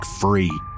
free